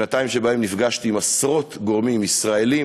שנתיים שבהן נפגשתי עם עשרות גורמים ישראליים,